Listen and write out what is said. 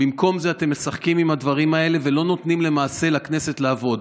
במקום זה אתם משחקים עם הדברים האלה ולא נותנים למעשה לכנסת לעבוד.